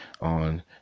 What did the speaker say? on